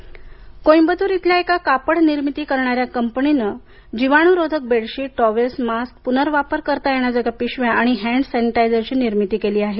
कापड कोईम्बतूर इथल्या एका कापड निर्मिती करणाऱ्या कंपनीनं जीवाणूरोधक बेडशीट टॉवेल्स मास्क पुनर्वापर करता येण्याजोग्या पिशव्या आणि हँड सॅनिटायझर्सची निर्मिती केली आहे